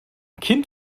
kind